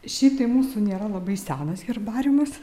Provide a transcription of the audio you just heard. šitai mūsų nėra labai senas herbariumas